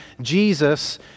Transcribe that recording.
Jesus